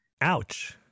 Ouch